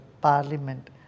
parliament